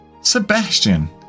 Sebastian